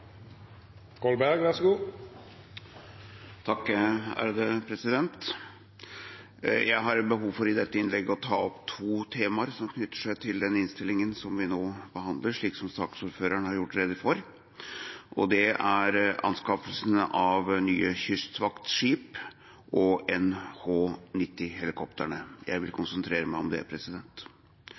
Jeg har behov for i dette innlegget å ta opp to temaer som knytter seg til den innstillingen vi nå behandler, og som saksordføreren har gjort rede for. Det er anskaffelsen av nye kystvaktskip og av NH90-helikoptrene. Jeg vil konsentrere meg om det.